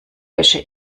wäsche